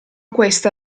questa